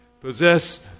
Possessed